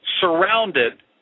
surrounded